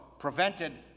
Prevented